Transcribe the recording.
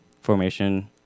formation